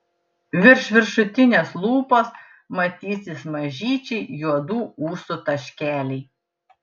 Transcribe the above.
virš viršutinės lūpos matysis mažyčiai juodų ūsų taškeliai